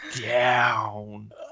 down